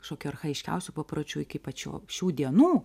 kažkokių archajiškiausių papročių iki pat šio šių dienų